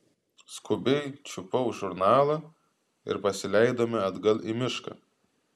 skubiai čiupau žurnalą ir pasileidome atgal į mišką